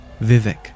Vivek